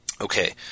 Okay